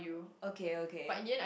okay okay